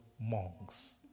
monks